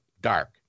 dark